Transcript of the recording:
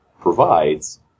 provides